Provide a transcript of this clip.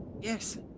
Yes